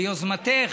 ביוזמתך,